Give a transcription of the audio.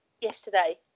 yesterday